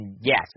yes